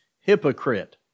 hypocrite